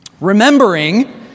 Remembering